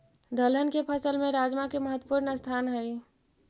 दलहन के फसल में राजमा के महत्वपूर्ण स्थान हइ